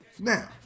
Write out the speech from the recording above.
Now